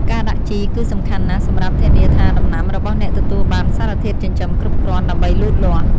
ការដាក់ជីគឺសំខាន់ណាស់សម្រាប់ធានាថាដំណាំរបស់អ្នកទទួលបានសារធាតុចិញ្ចឹមគ្រប់គ្រាន់ដើម្បីលូតលាស់។